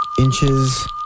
inches